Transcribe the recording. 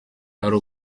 ari